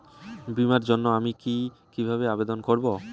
বিমার জন্য আমি কি কিভাবে আবেদন করব?